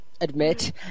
admit